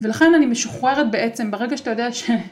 ולכן אני משוחררת בעצם ברגע שאתה יודע ש...